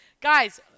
Guys